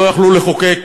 לא יכלו לחוקק,